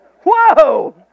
Whoa